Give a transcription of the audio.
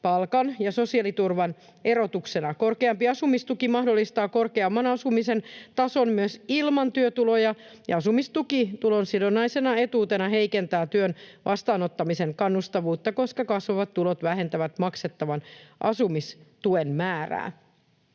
palkan ja sosiaaliturvan erotuksena. Korkeampi asumistuki mahdollistaa korkeamman asumisen tason myös ilman työtuloja, ja asumistuki tulosidonnaisena etuutena heikentää työn vastaanottamisen kannustavuutta, koska kasvavat tulot vähentävät maksettavan asumistuen määrää.”